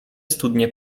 studnie